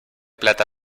plata